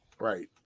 Right